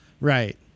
Right